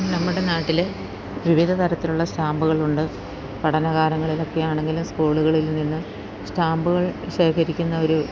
നമ്മുടെ നാട്ടിൽ വിവിധ തരത്തിലുള്ള സ്റ്റാമ്പുകളുണ്ട് പഠനകാലങ്ങളിൽ ഒക്കെയാണെങ്കിലും സ്കൂളുകളിൽ നിന്ന് സ്റ്റാമ്പുകൾ ശേഖരിക്കുന്ന ഒരു